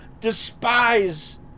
despise